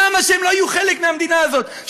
למה שהם לא יהיו חלק מהמדינה הזאת,